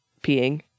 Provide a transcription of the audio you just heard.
peeing